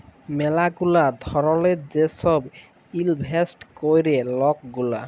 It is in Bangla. ম্যালা গুলা ধরলের যে ছব ইলভেস্ট ক্যরে লক গুলা